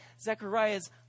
Zechariah's